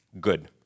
Good